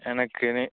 எனக்கு நீ